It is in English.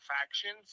factions